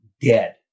dead